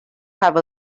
have